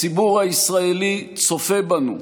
הציבור הישראלי צופה בנו,